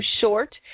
short